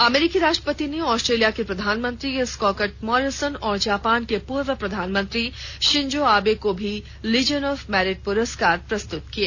अमरीकी राष्ट्रपति ने ऑस्ट्रेलिया के प्रधानमंत्री स्कॉकट मॉरिसन और जापान के पूर्व प्रधानमंत्री शिंजो आबे को भी लीजन ऑफ मैरिट पुरस्कार प्रस्तुत किए